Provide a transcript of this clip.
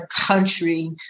country